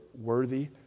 worthy